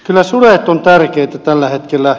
kyllä sudet ovat tärkeitä tällä hetkellä